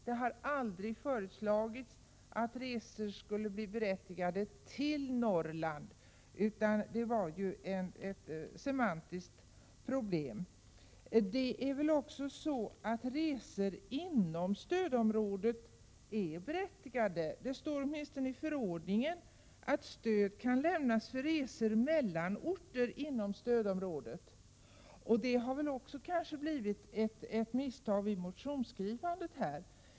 Det har aldrig föreslagits att resor fill Norrland skulle bli berättigade. Det var ett semantiskt problem. Resor inom stödområdet är berättigade. Det står åtminstone i förordningen att stöd kan lämnas för resor mellan orter inom stödområdet. Det kanske också har blivit ett misstag vid motionsskrivandet.